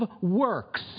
works